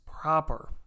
proper